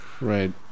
Right